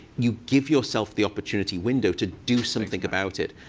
you give yourself the opportunity window to do something about it.